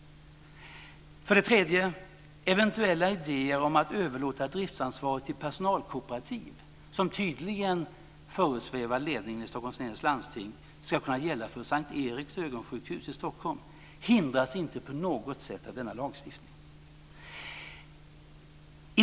Eventuella idéer om att överlåta driftsansvaret till personalkooperativ, som tydligen föresvävar ledningen i Stockholms läns landsting ska kunna gälla för S:t Eriks ögonsjukhus i Stockholm, hindras inte på något sätt av denna lagstiftning.